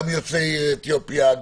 גם יוצאי אתיופיה,